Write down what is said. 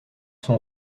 sont